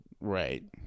Right